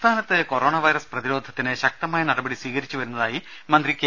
സംസ്ഥാനത്ത് corona virus പ്രതിരോധത്തിന് ശക്തമായ നടപടി സ്വീകരിച്ചുവരുന്നതായി മന്ത്രി കെ